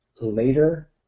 later